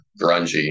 grungy